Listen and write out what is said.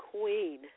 queen